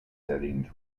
settings